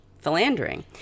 philandering